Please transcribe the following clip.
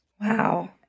Wow